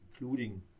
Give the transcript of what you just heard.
including